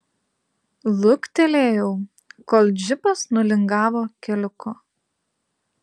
luktelėjau kol džipas nulingavo keliuku